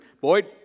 Boyd